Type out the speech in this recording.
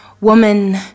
woman